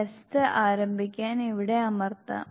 test ആരംഭിക്കാൻ ഇവിടെ അമർത്താം